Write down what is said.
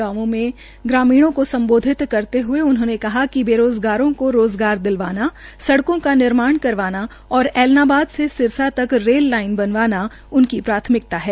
गांवों में ग्रामीणों को संबोधित करते हुए उन्होने कहा कि बेरोजगारों को रोजगार दिलवाना सडकों का निर्माण करवाना और ऐलनाबाद से सिरसा तक रेललाईन बनवाना उनकी प्राथमिकता है